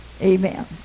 Amen